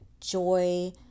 joy